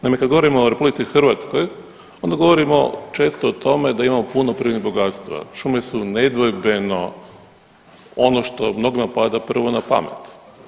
Naime, kad govorimo o RH onda govorimo često o tome da imamo puno prirodnih bogatstva, šume su nedvojbeno ono što mnogima pada prvo na pamet.